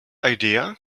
idea